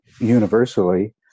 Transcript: universally